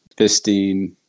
fisting